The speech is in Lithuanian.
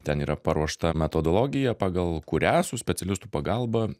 ten yra paruošta metodologija pagal kurią su specialistų pagalba